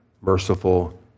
merciful